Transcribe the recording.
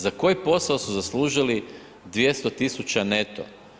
Za koji posao su zaslužili 200 000 neto?